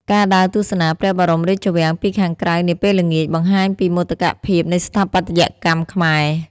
ការដើរទស្សនាព្រះបរមរាជវាំងពីខាងក្រៅនាពេលល្ងាច បង្ហាញពីមោទកភាពនៃស្ថាបត្យកម្មខ្មែរ។